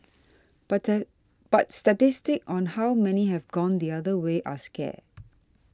but but statistics on how many have gone the other way are scarce